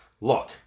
Look